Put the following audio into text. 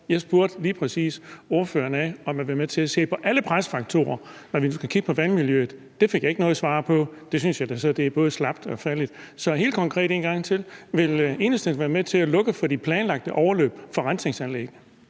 Jeg spurgte lige præcis ordføreren om, om han vil være med til at se på alle presfaktorer, når vi nu skal kigge på vandmiljøet. Det fik jeg ikke noget svar på. Det synes jeg da både er slapt og fattigt. Så jeg spørger helt konkret en gang til: Vil Enhedslisten være med til at lukke for de planlagte overløb fra rensningsanlæggene?